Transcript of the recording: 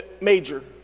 major